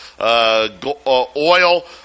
Oil